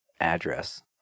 address